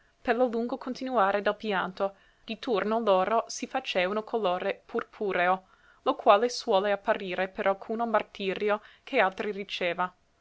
per lo lungo continuare del pianto dintorno loro si facea uno colore purpureo lo quale suole apparire per alcuno martirio che altri riceva